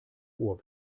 ohr